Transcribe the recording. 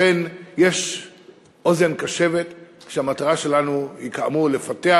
לכן, יש אוזן קשבת, כשהמטרה שלנו היא כאמור לפתח